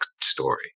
story